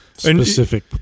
specific